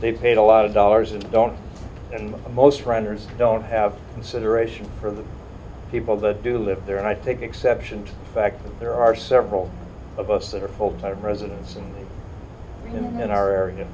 they paid a lot of dollars and don't and most runners don't have consideration for the people that do live there and i take exception to the fact that there are several of us that are full time residents in our area